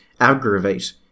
aggravate